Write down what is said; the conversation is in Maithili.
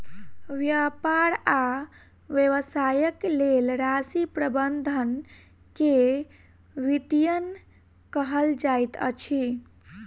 व्यापार आ व्यवसायक लेल राशि प्रबंधन के वित्तीयन कहल जाइत अछि